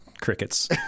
Crickets